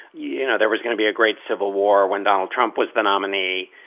you know, there was going to be a great civil war when donald trump was the nominee.